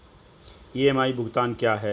EMI भुगतान क्या है?